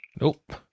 nope